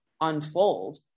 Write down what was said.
unfold